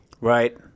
Right